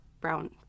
brown